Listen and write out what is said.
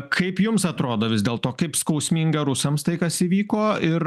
kaip jums atrodo vis dėlto kaip skausminga rusams tai kas įvyko ir